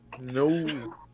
No